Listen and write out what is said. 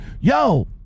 yo